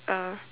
uh